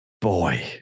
Boy